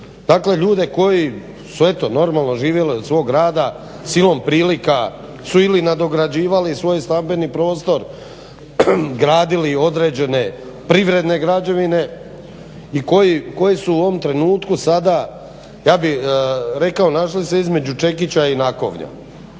ljude koji su eto normalno živjeli od svog rada silom prilika su ili nadograđivali svoje stambeni prostor, gradili određene privredne građevine i koji su u ovom trenutku sada ja bih rekao našli se između čekića i nakovnja.